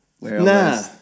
Nah